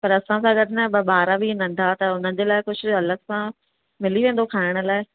पर असांसां गॾु न ॿ ॿार बि नंढा अथव हुननि जे लाइ कुझु अलगि सां मिली वेंदो खाइण लाइ